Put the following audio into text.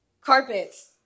Carpets